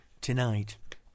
tonight